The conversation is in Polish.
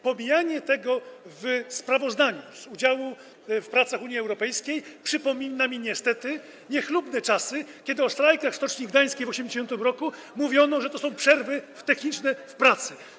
Pomijanie tego w sprawozdaniu o udziale w pracach Unii Europejskiej przypomina mi niestety niechlubne czasy, kiedy o strajkach w Stoczni Gdańskiej w 1980 r. mówiono, że są to przerwy techniczne w pracy.